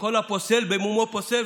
כל הפוסל במומו פוסל,